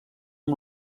amb